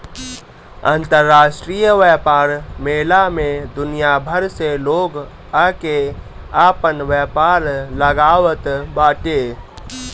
अंतरराष्ट्रीय व्यापार मेला में दुनिया भर से लोग आके आपन व्यापार लगावत बाटे